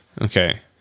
okay